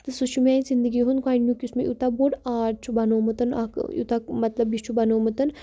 تہٕ سُہ چھِ میٛانہِ زندگی ہںٛد گۄڈنیُک یُس مےٚ یوٗتاہ بوٚڑ آرٹ چھِ بنوومُت اَکھ یوٗتاہ مطلب یہِ چھِ بنوومُت